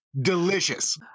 delicious